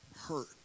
hurt